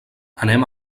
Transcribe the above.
anem